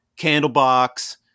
Candlebox